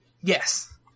Yes